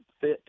fit